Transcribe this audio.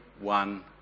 one